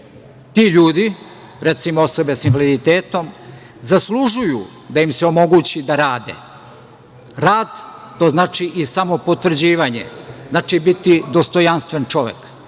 Ti ljudi, osobe sa invaliditetom, zaslužuju da im se omogući da rade, rad, to znači i samopotvrđivanje, znači biti dostojanstven čovek. Ima